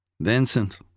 Vincent